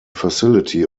facility